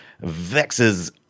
vexes